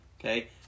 Okay